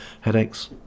Headaches